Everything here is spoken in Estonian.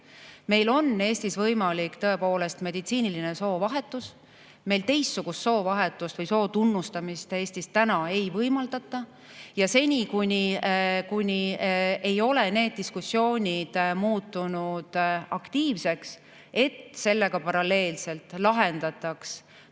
tõepoolest Eestis võimalik meditsiiniline soovahetus. Meil teistsugust soovahetust või soo tunnustamist Eestis täna ei võimaldata. Ja seni, kuni ei ole need diskussioonid muutunud aktiivseks, et sellega [oleks vaja] paralleelselt lahendada